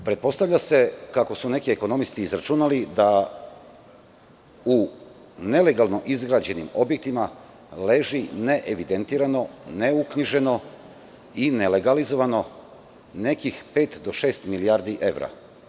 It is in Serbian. Pretpostavlja se, kako su neki ekonomisti izračunali, da u nelegalno izgrađenim objektima leži neevidentirano, neuknjiženo i nelegalizovano nekih pet do šest milijardi evra.